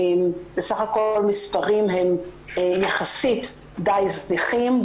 הם יחסית די זניחים.